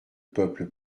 peuple